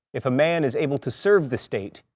if a man is able to serve the state,